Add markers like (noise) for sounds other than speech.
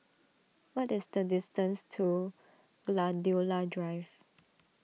what is the distance to (noise) Gladiola Drive